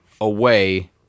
away